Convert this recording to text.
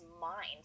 mind